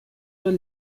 were